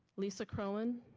lisa croen,